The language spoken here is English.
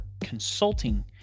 consulting